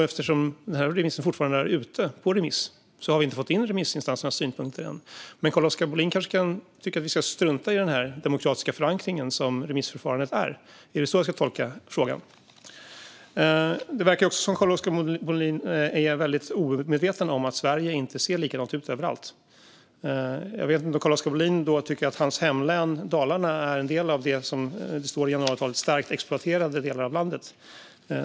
Eftersom remissen fortfarande är ute har vi inte fått in remissinstansernas synpunkter. Men Carl-Oskar Bohlin kanske tycker att vi ska strunta i den demokratiska förankring som remissförfarandet innebär? Är det så vi ska tolka frågan? Det verkar också som att Carl-Oskar Bohlin är omedveten om att Sverige inte ser likadant ut överallt. Jag vet inte om han tycker att hans hemlän är en del av det som i januariavtalet kallas starkt exploaterade delar av landet.